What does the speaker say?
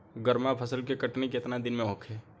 गर्मा फसल के कटनी केतना दिन में होखे?